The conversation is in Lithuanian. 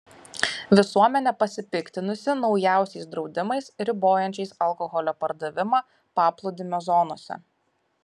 visuomenė pasipiktinusi naujausiais draudimais ribojančiais alkoholio pardavimą paplūdimio zonose